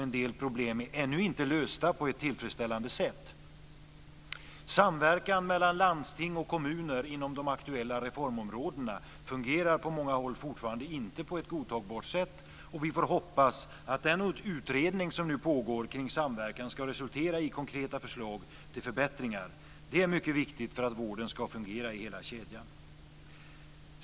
En del problem är ännu inte lösta på ett tillfredsställande sätt. Samverkan mellan landsting och kommuner inom de aktuella reformområdena fungerar på många håll ännu inte på ett godtagbart sätt. Vi får hoppas att den utredning som nu pågår kring samverkan resulterar i konkreta förslag till förbättringar. Det är mycket viktigt för att vården ska fungera i hela kedjan.